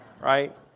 right